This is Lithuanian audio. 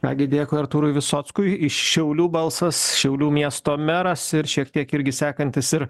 ką gi dėkui artūrui visockui iš šiaulių balsas šiaulių miesto meras ir šiek tiek irgi sekantis ir